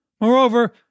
Moreover